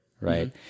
Right